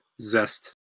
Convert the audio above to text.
zest